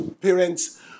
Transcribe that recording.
parents